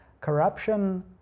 Corruption